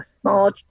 small